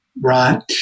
right